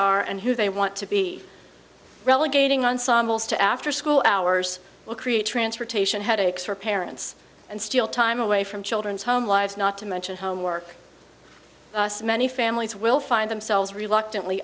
are and who they want to be relegating ensembles to after school hours will create transportation headaches for parents and still time away from children's home lives not to mention homework many families will find themselves reluctant